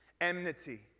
Enmity